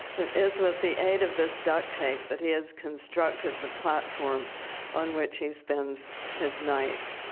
it is with the aid of this duct tape that he has constructed the platform on which he spends his nights.